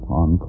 on